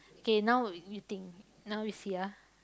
K now you think now you see ah